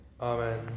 Amen